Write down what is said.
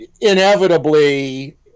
inevitably